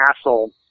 castle